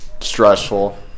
stressful